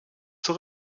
zur